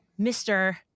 Mr